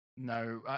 No